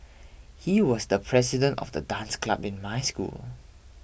he was the president of the dance club in my school